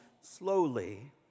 slowly